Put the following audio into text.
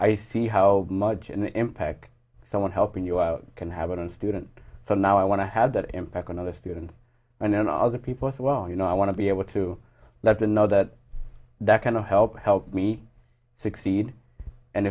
see how much an impact someone helping you out can have on a student so now i want to have that impact on other students and then all the people as well you know i want to be able to let them know that that kind of help help me succeed and